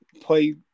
play